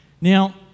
Now